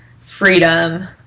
freedom